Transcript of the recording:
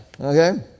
okay